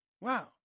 Wow